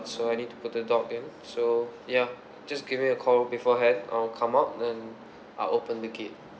so I need to put the dog in so ya just give me a call beforehand I will come out then I'll open the gate